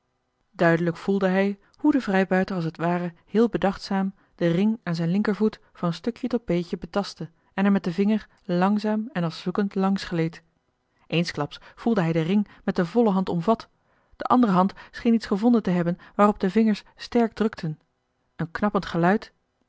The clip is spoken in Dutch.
duidelijk voelde hij hoe de vrijbuiter als t ware heel bedachtzaam den ring aan zijn linkervoet van stukje tot beetje betaste en er met den vinger langzaam en als zoekend langs gleed eensklaps voelde hij den ring met de volle hand omvat de andere hand scheen iets gevonden te hebben waarop de vingers sterk drukten een knappend geluid